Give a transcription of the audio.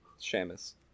Shamus